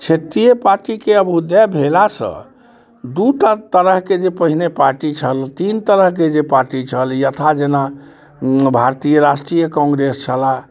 क्षेत्रीय पार्टीके आब उदय भेलासँ दूटा तरहके जे पहिने पार्टी छल तीन तरहके जे पार्टी छल यथा जेना भारतीय राष्ट्रीय कांग्रेस छल